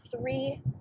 three